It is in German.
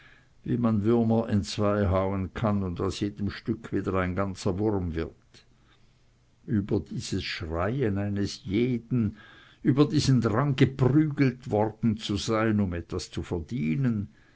wie man würmer entzwei hauen kann und aus jedem stück wieder ein ganzer wurm wird über dieses schreien eines jeden über diesen drang geprügelt worden zu sein um etwas zu verdienen